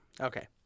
Okay